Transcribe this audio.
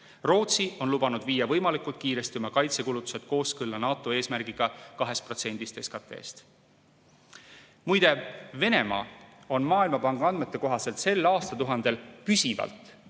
Rootsi on lubanud viia võimalikult kiiresti oma kaitsekulutused kooskõlla NATO eesmärgiga 2% SKT-st.Muide, Venemaa on Maailmapanga andmete kohaselt sel aastatuhandel püsivalt kulutanud